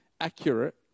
accurate